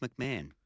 McMahon